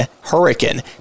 Hurricane